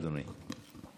אדוני.